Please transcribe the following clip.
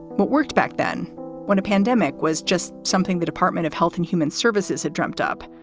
what worked back then when a pandemic was just something the department of health and human services had dreamt up?